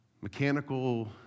mechanical